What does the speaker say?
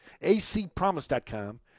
acpromise.com